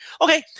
okay